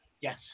Yes